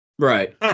Right